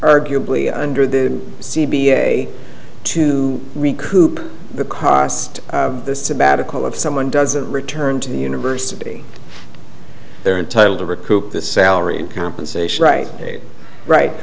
arguably under the c b a to recoup the cost of the sabbatical if someone doesn't return to the university they're entitled to recoup the salary and compensation right right